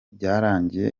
byarangiye